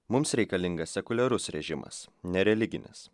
mums reikalingas sekuliarus režimas nereliginis